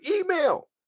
email